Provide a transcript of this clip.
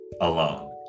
alone